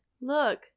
Look